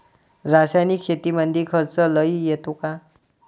रासायनिक शेतीमंदी खर्च लई येतो का?